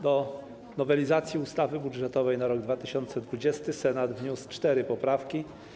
Do nowelizacji ustawy budżetowej na rok 2020 Senat wniósł cztery poprawki.